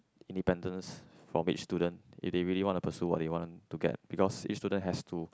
independence from each student if they really want to pursue what they want to get because each student has to